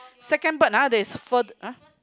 second bird ah there's further !huh!